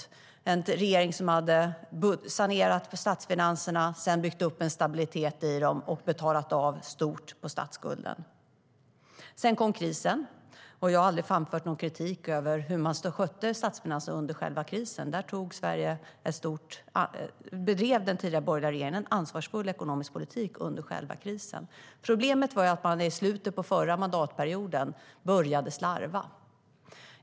Den tidigare socialdemokratiska regeringen hade sanerat statsfinanserna och sedan byggt upp en stabilitet i dem och betalat av stort på statsskulden. Sedan kom krisen. Jag har aldrig framfört någon kritik av hur man skötte statsfinanserna under själva krisen. Under själva krisen bedrev den tidigare borgerliga regeringen en ansvarsfull ekonomisk politik. Problemet var att man i slutet av den förra mandatperioden började slarva.